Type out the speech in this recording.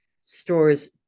stores